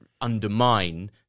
undermine